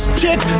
chick